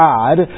God